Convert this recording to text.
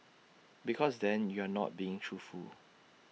because then you're not being truthful